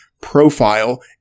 profile